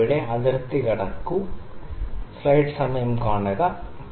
ഇത് ഇവിടെ അതിർത്തി കടക്കാൻ ശ്രമിക്കുകയാണ്